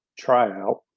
tryout